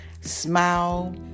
Smile